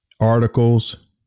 articles